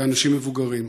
לאנשים מבוגרים,